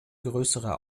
größerer